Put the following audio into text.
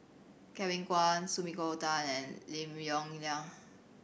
Kevin Kwan Sumiko Tan and Lim Yong Liang